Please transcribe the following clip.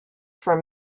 from